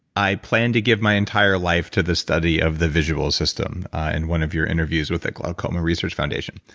i plan to give my entire life to the study of the visual system, in and one of your interviews with the glaucoma research foundation.